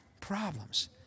problems